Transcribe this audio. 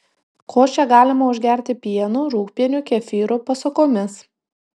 košę galima užgerti pienu rūgpieniu kefyru pasukomis